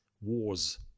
wars